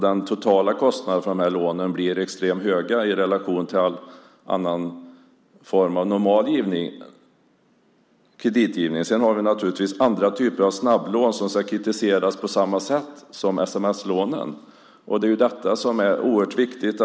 De totala kostnaderna för lånen blir extremt höga i relation till all annan form av normal kreditgivning. Sedan har vi naturligtvis andra typer av snabblån som ska kritiseras på samma sätt som sms-lånen. Det är detta som är så oerhört viktigt.